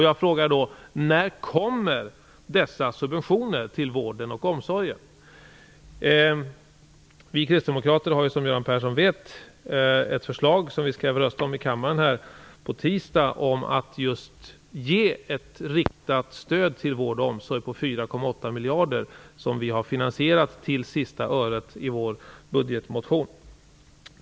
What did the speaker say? Jag frågar då: Vi kristdemokrater har som Göran Persson vet ett förslag, som vi skall rösta om här i kammaren på tisdag, om att ge ett riktat stöd till just vård och omsorg på 4,8 miljarder. Detta har vi finansierat till sista öret i vår budgetmotion.